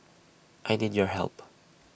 I need your help